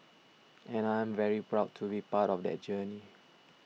and I'm very proud to be part of that journey